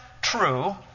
true